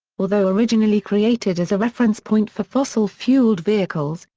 although originally created as a reference point for fossil fuelled vehicles,